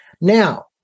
Now